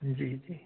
जी जी